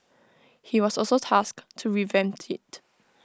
he was also tasked to revamp IT